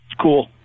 Cool